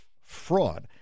Fraud